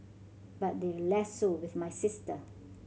but they're less so with my sister